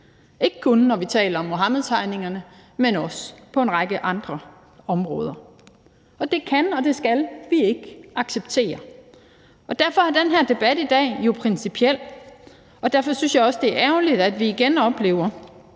ikke kun når vi taler om Muhammedtegningerne, men også på en række andre områder. Det kan og det skal vi ikke acceptere, og derfor er den her debat i dag jo principiel, og derfor synes jeg også, at det er ærgerligt, at vi igen oplever,